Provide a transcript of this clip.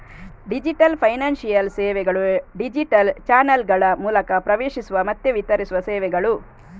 digital financial ಸೇವೆಗಳು digital ಚಾನಲ್ಗಳ ಮೂಲಕ ಪ್ರವೇಶಿಸುವ ಮತ್ತೆ ವಿತರಿಸುವ ಸೇವೆಗಳು